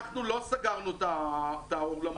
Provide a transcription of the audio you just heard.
אנחנו לא סגרנו את האולמות שלנו,